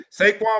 Saquon